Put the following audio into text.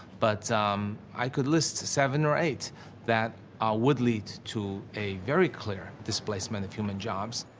but i could list seven or eight that would lead to a very clear displacement of human jobs.